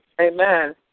Amen